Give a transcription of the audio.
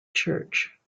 church